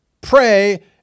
pray